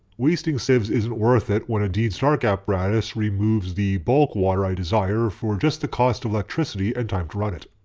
wasting sieves isn't worth it when a dean stark apparatus removes the bulk water i desire for just the cost of electricity and time to run it.